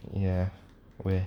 ya where